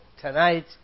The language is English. tonight